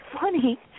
funny